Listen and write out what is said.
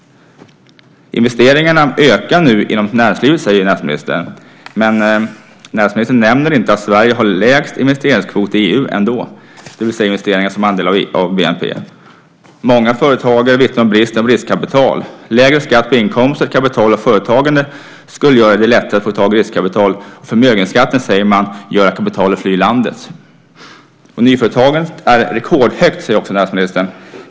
Investeringarna ökar nu inom näringslivet, säger näringsministern. Men han nämner inte att Sverige har lägst investeringskvot i EU ändå, det vill säga investeringar som andel av bnp. Många företagare vittnar om bristen på riskkapital. Lägre skatt på inkomster, kapital och företagande skulle göra det lättare att få tag i riskkapital. Man säger att förmögenhetsskatten gör att kapitalet flyr landet. Nyföretagandet är rekordhögt, säger näringsministern.